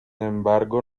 embargo